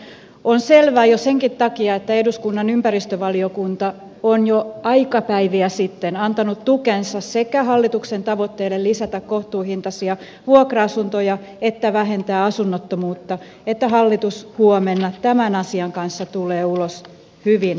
on selvää jo senkin takia että eduskunnan ympäristövaliokunta on jo aika päiviä sitten antanut tukensa hallituksen tavoitteelle lisätä kohtuuhintaisia vuokra asuntoja sekä vähentää asunnottomuutta että hallitus huomenna tämän asian kanssa tulee ulos hyvin tuloksin